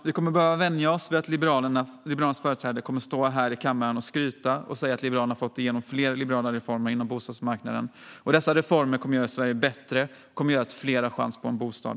Vi kommer att behöva vänja oss vid att Liberalernas företrädare står här i kammaren och skryter om att Liberalerna har fått igenom fler liberala reformer inom bostadsmarknaden. Dessa reformer kommer att göra Sverige bättre och att fler har chans att få en bostad.